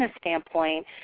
standpoint